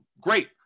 Great